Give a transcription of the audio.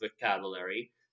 vocabulary